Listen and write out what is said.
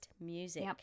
music